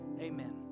Amen